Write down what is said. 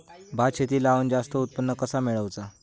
भात शेती लावण जास्त उत्पन्न कसा मेळवचा?